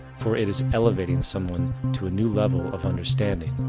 for it is elevating someone to a new level of understanding,